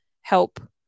help